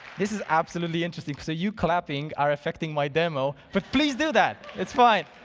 this is absolutely interesting because you clapping are affecting my demo, but please do that. that's fine.